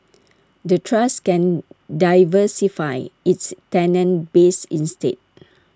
the trust can diversify its tenant base instead